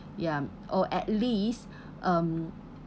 ya or at least um